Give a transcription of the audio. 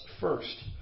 first